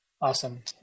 Awesome